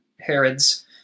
Herods